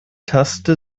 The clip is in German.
taste